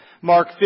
Mark